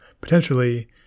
potentially